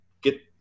get